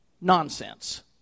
nonsense